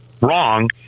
Wrong